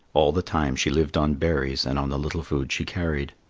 all the time she lived on berries and on the little food she carried.